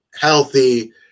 healthy